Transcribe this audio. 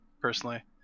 personally